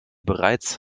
bereits